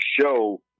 show